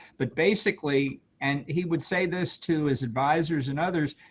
but basically and he would say this to his advisers and others,